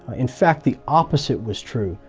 in fact the opposite was true.